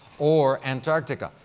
or antarctica?